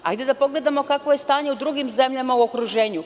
Hajde da pogledamo kakvo je stanje u drugim zemljama u okruženju.